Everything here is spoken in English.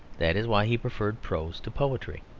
that is why he preferred prose to poetry.